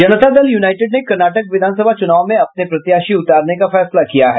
जनता Dal United ने कर्नाटक विधान सभा चुनाव में अपने प्रत्याशी उतारने का फैसला किया है